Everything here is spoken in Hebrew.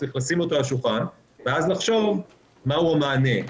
צריך לשים אותו על השולחן ואז לחשוב מה הוא המענה.